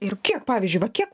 ir kiek pavyzdžiui va kiek